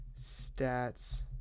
stats